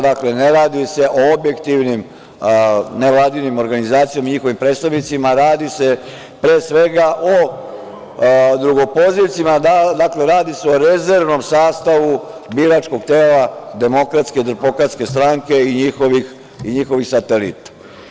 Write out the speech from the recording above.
Dakle, ne radi se o objektivnim nevladinim organizacijama i njihovim predstavnicima, radi se, pre svega, o drugopozicima, dakle, radi se o rezervnom sastavu biračkog tela DS i njihovih satelita.